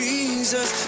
Jesus